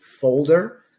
folder